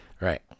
Right